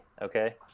okay